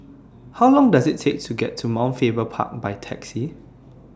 How Long Does IT Take to get to Mount Faber Park By Taxi